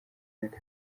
myaka